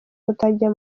kutajya